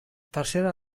tercera